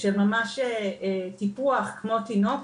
וממש טיפוח כמו תינוק,